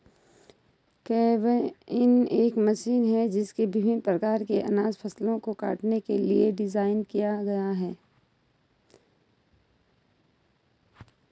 combine एक machine है जिसे विभिन्न प्रकार की अनाज फसलों को काटने के लिए डिज़ाइन किया गया है